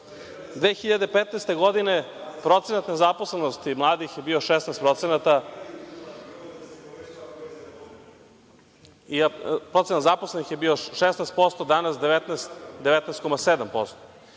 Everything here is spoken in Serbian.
2015. procenat zaposlenosti mladih je bio 16%, danas je 19,7%